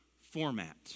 format